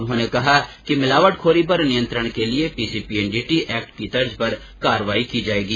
उन्होंने कहा कि मिलावटखोरी पर नियंत्रण के लिए च्छ् कज एक्ट की तर्ज ेपर कार्यवाही की जाएगी